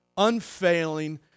unfailing